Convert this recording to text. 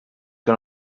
que